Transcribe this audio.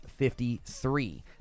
53